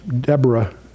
Deborah